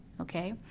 okay